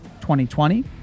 2020